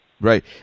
Right